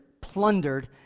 plundered